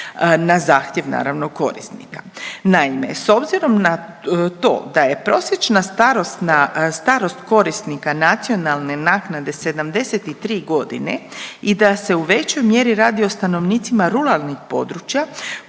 na zahtjev naravno korisnika. Naime, s obzirom na to da je prosječna starosna, starost korisnika nacionalne naknade 73 godine i da se u većoj mjeri radi o stanovnicima ruralnih područja